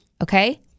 Okay